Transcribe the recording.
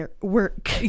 work